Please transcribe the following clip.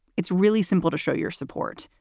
it's really simple to show your support.